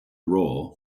roll